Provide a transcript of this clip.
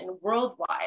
worldwide